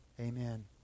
amen